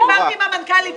דיברתי עם המנכ"לית,